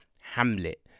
Hamlet